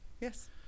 Yes